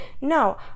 no